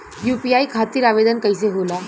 UPI खातिर आवेदन कैसे होला?